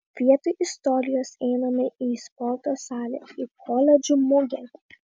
vietoj istorijos einame į sporto salę į koledžų mugę